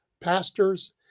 pastors